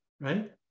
right